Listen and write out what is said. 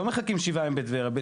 לא מחכים שבעה ימים בטבריה.